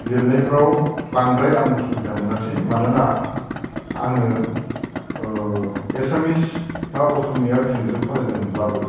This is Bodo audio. लिरनायफ्राव बांद्राय आं उसुबिदा मोनाख्सै मानोना आङो ओ एसामिस बा असमिया बिजोंजों फरायदोंमोनब्लाबो